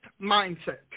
mindset